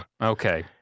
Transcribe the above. Okay